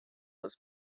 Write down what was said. was